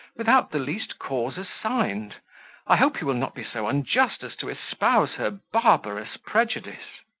without the least cause assigned i hope you will not be so unjust as to espouse her barbarous prejudice.